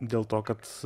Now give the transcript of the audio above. dėl to kad